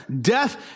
Death